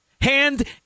hand